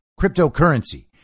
cryptocurrency